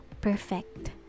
perfect